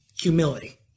humility